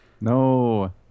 No